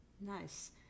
Nice